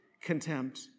contempt